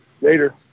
later